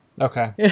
Okay